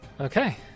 Okay